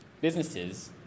businesses